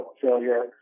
failure